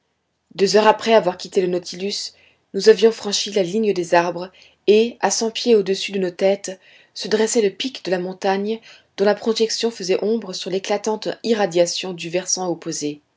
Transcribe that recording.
deux heures après avoir quitté le nautilus nous avions franchi la ligne des arbres et à cent pieds au-dessus de nos têtes se dressait le pic de la montagne dont la projection faisait ombre sur l'éclatante irradiation du versant opposé